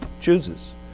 chooses